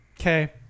Okay